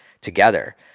together